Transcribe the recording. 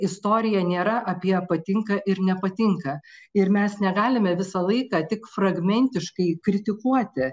istorija nėra apie patinka ir nepatinka ir mes negalime visą laiką tik fragmentiškai kritikuoti